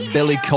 Billy